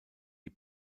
die